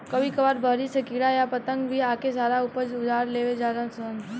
कभी कभार बहरी के कीड़ा आ पतंगा भी आके सारा ऊपज उजार देवे लान सन